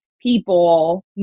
people